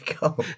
go